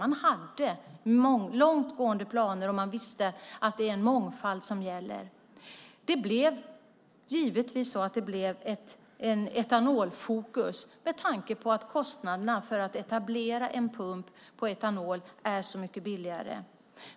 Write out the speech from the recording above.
Man hade långt gående planer, och man visste att det är mångfald som gäller. Det blev givetvis etanolfokus med tanke på att kostnaderna för att etablera en pump för etanol är så mycket billigare.